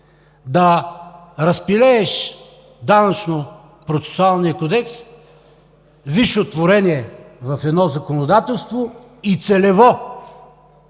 Да разпилееш Данъчно-процесуалния кодекс – висше творение в едно законодателство, и целево,